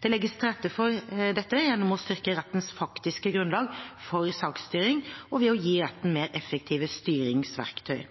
Det legges til rette for dette gjennom å styrke rettens faktiske grunnlag for saksstyring og ved å gi retten mer effektive styringsverktøy.